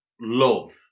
love